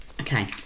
okay